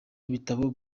ibitabo